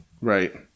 Right